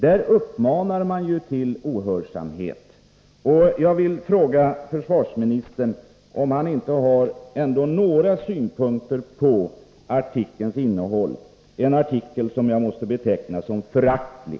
Där uppmanar man ju bl.a. till ohörsamhet. Jag vill fråga försvarsministern om han ändå inte har några synpunkter på artikelns innehåll. Det är en artikel som jag måste beteckna som föraktlig.